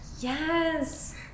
Yes